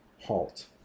Halt